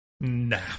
nah